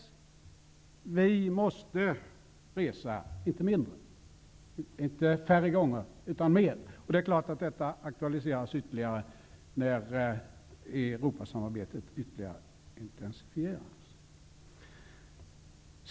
Vi måste således resa -- inte färre gånger -- utan mer. Detta aktualiseras naturligtvis ytterligare när Europasamarbetet intensifieras.